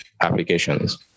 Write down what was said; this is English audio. applications